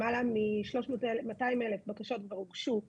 למעלה מ-200,000 בקשות כבר הוגשו לסבסוד.